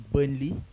Burnley